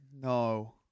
No